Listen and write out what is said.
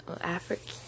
African